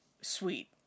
sweet